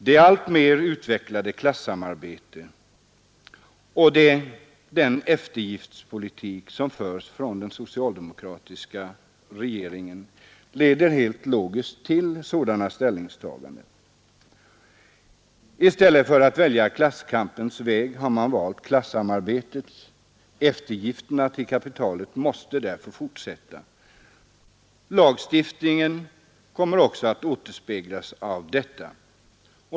Det alltmer utvecklade klassamarbetet — och den eftergiftspolitik som förs från den socialdemokratiska regeringen leder helt logiskt till sådana ställningstaganden. I stället för att välja klasskampens väg har man valt klassamarbetets. Eftergifterna till kapitalet måste därför fortsätta. Lagstiftningen kommer också att återspegla detta.